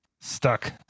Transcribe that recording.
Stuck